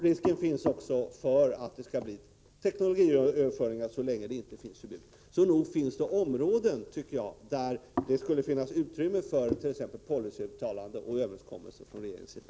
Risk finns också för teknologiöverföring så länge inte något förbud föreligger. Så nog finns det områden där det föreligger utrymme för t.ex. ett policyuttalande eller någon överenskommelse från regeringens sida.